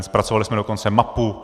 Zpracovali jsme dokonce mapu.